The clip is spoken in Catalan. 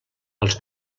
els